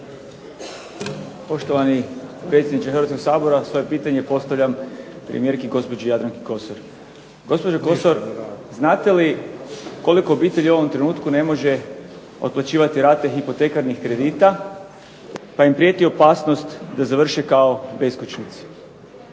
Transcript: Poštovani predsjedniče Hrvatskoga sabora. Svoje pitanje postavljam premijerki gospođi Jadranki Kosor. Gospođo Kosor, znate li koliko obitelji u ovom trenutku ne može otplaćivati rate hipotekarnih kredita pa im prijeti opasnost da završe kao beskućnici?